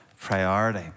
priority